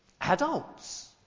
adults